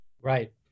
Right